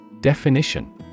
Definition